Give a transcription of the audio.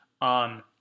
on